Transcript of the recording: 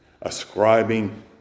Ascribing